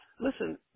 listen